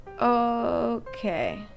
Okay